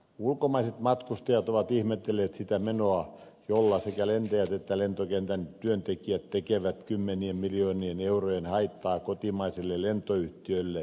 ulkomaiset matkustajat ovat ihmetelleet sitä menoa jolla sekä lentäjät että lentokentän työntekijät tekevät kymmenien miljoonien eurojen haittaa kotimaiselle lentoyhtiölle